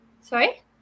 Sorry